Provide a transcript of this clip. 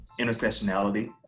intersectionality